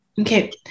okay